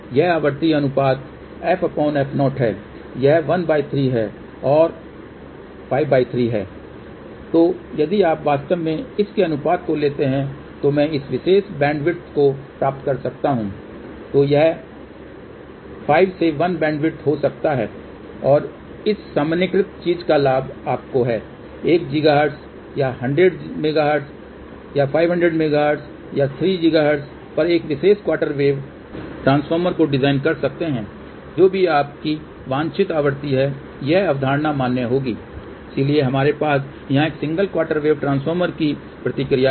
यह आवृत्ति अनुपात ffo है यह 13 है यह और 53 है तो यदि आप वास्तव में इस के अनुपात को लेते हैं तो मैं इस विशेष बैंडविड्थ को प्राप्त कर सकता हूं तो यह 5 से 1 बैंडविड्थ हो सकता है और इस सामान्यीकृत चीज का लाभ आपको है 1 GHz या 100 MHz या 500 MHz या 3 GHz पर इस विशेष क्वार्टर वेव ट्रांसफार्मर को डिजाइन कर सकते हैं जो भी आपकी वांछित आवृत्ति है यह अवधारणा मान्य होगी इसलिए हमारे पास यहां एक सिंगल क्वार्टर वेव ट्रांसफार्मर की प्रतिक्रिया है